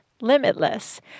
Limitless